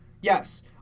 Yes